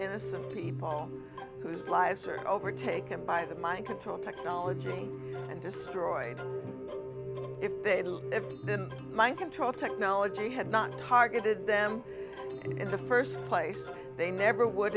innocent people whose lives are overtaken by the mind control technology and destroyed if they live then mind control technology had not targeted them and in the first place they never would